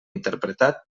interpretar